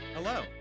Hello